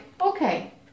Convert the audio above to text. okay